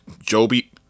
Joby